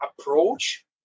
approach